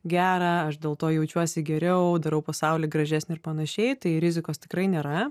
gera aš dėl to jaučiuosi geriau darau pasaulį gražesnį ir panašiai tai rizikos tikrai nėra